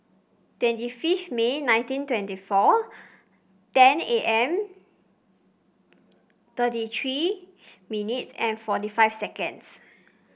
twenty fifth May nineteen twenty four ten am thirty three minutes and forty five seconds